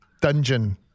dungeon